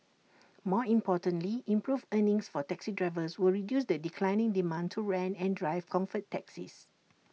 more importantly improved earnings for taxi drivers will reduce the declining demand to rent and drive comfort taxis